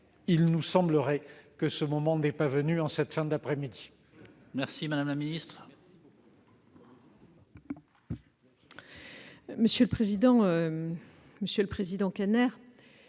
il semblerait que le moment ne soit pas venu en cette fin d'après-midi.